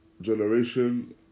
generation